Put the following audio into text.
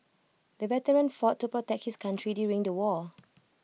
the veteran fought to protect his country during the war